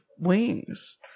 wings